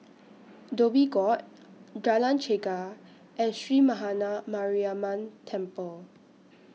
Dhoby Ghaut Jalan Chegar and Sree Maha Mariamman Temple